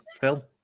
Phil